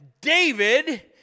David